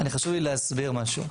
חשוב לי להסביר משהו.